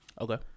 Okay